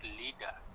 leader